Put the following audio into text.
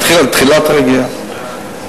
תחילת הרגיעה.